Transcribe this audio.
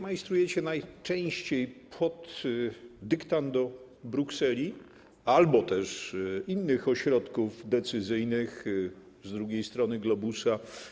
Majstrujecie najczęściej pod dyktando Brukseli albo też innych ośrodków decyzyjnych z drugiej strony globusa.